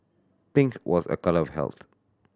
pink was a colour of health